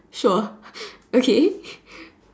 sure okay